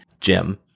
Jim